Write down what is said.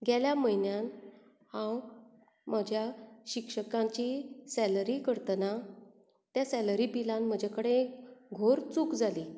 गेल्या म्हयन्यान हांव म्हज्या शिक्षकांची सेलरी करतना त्या सेलरी बिलान म्हजे कडेन एक घोर चूक जाली